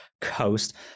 Coast